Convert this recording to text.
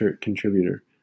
contributor